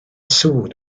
sŵn